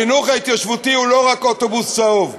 החינוך ההתיישבותי הוא לא רק אוטובוס צהוב,